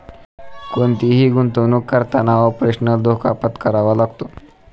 कोणतीही गुंतवणुक करताना ऑपरेशनल धोका पत्करावा लागतो